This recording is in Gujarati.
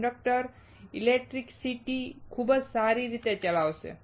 કંડક્ટર ઇલેક્ટ્રિસિટી ખૂબ જ સારી રીતે ચલાવશે